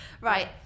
Right